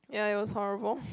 ya it was horrible